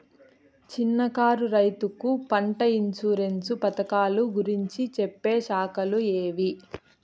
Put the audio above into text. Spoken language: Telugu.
చిన్న కారు రైతుకు పంట ఇన్సూరెన్సు పథకాలు గురించి చెప్పే శాఖలు ఏవి?